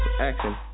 action